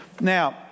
Now